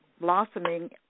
blossoming